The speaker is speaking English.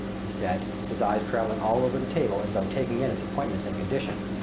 he said, his eyes traveling all over the table as though taking in its appointments and condition.